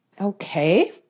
Okay